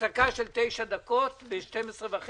הישיבה ננעלה בשעה 12:20.